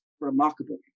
remarkable